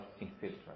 infiltrate